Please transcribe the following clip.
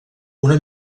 una